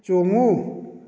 ꯆꯣꯡꯉꯨ